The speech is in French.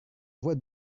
voie